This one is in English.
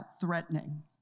threatening